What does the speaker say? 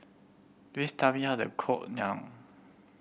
please tell me how to cook Naan